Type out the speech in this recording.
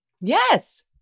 Yes